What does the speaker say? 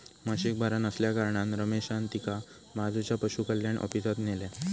म्हशीक बरा नसल्याकारणान रमेशान तिका बाजूच्या पशुकल्याण ऑफिसात न्हेल्यान